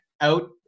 out